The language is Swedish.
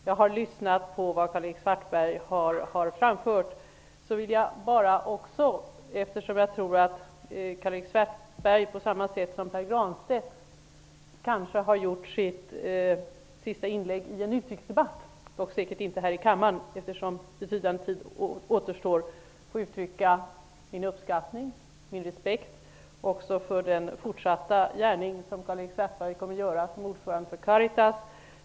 Jag har lyssnat på vad Eftersom jag tror att Karl-Erik Svartberg på samma sätt som Pär Granstedt kanske har gjort sitt sista inlägg i en utrikesdebatt -- dock säkert inte här i kammaren, eftersom betydande tid återstår på riksmötet -- vill jag uttrycka min uppskattning och min respekt också för Karl-Erik Svartbergs fortsatta gärning som ordförande för Caritas.